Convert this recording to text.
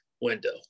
window